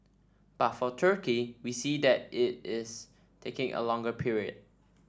but for Turkey we see that it is taking a longer period